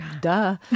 duh